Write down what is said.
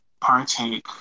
partake